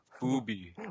booby